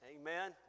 amen